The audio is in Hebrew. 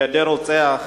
בידי רוצח,